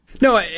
No